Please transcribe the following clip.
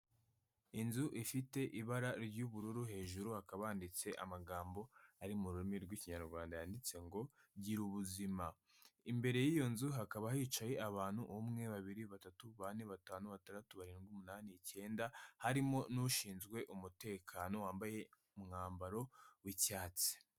Inzu ifite ibara ry'ubururu, hejuru akaba handitse amagambo ari mu rurimi rw'Ikinyarwanda, yanditse ngo girabu ubuzima, imbere y'iyo nzu hakaba hicaye abantu, umwe, babiri, batatu, bane, batanu, batandatu, barindwi, umunani, icyenda harimo n'ushinzwe umutekano wambaye umwambaro w'icyatsi.